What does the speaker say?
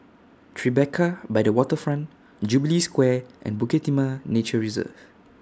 Tribeca By The Waterfront Jubilee Square and Bukit Timah Nature Reserve